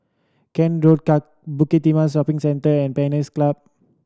Kent Road Bukit Timah Shopping Centre and Pines Club